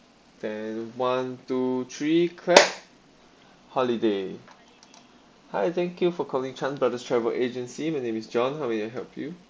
and one two three clap holiday hi thank you for calling chan brothers travel agency my name is john how may I help you